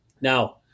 Now